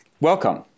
Welcome